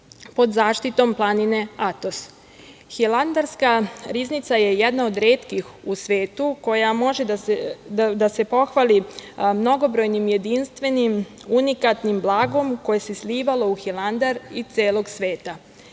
pod zaštitom planine Atos. Hilandarska riznica je jedna od retkih u svetu koja može da se pohvali mnogobrojnim jedinstvenim, unikatnim blagom koje se slivalo u Hilandar iz celog sveta.